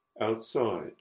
outside